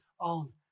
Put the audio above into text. own